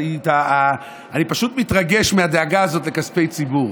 אני פשוט מתרגש מהדאגה הזאת לכספי ציבור.